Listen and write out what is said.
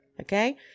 okay